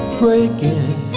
breaking